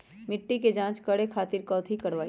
मिट्टी के जाँच करे खातिर कैथी करवाई?